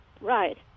right